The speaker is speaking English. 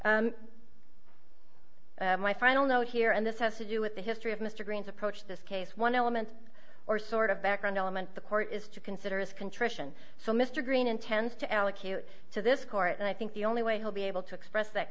say my final note here and this has to do with the history of mr green's approach this case one element or sort of background element the court is to consider is contrition so mr greene intends to allocute to this court and i think the only way he'll be able to express that